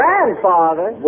Grandfather